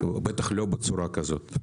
ובטח לא בצורה כזאת.